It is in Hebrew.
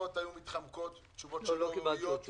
לא קיבלתי עוד תשובה.